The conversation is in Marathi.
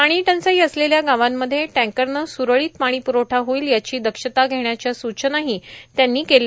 पाणी टंचाई असलेल्या गावांमध्ये टँकरनं सुरळीत पाणी पुरवठा होईल याची दक्षता घेण्याच्या सूचनाही त्यांनी यावेळी केल्या